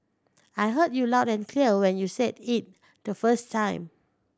I heard you loud and clear when you said it the first time